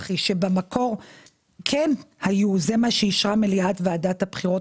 היא שבמקור כן היו זה מה שאישרה מליאת ועדת הבחירות